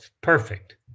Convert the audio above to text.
perfect